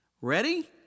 Ready